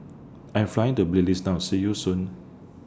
I'm Flying to Belize now See YOU Soon